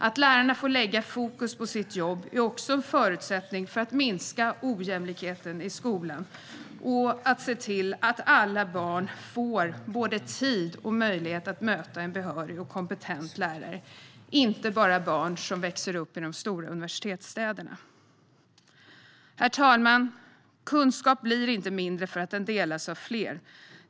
Att lärarna får lägga fokus på sitt jobb är också en förutsättning för att minska ojämlikheten i skolan och för att se till att alla barn får både tid och möjlighet att möta en behörig och kompetent lärare, inte bara barn som växer upp i de stora universitetsstäderna. Herr talman! Kunskap blir inte mindre för att den delas av fler.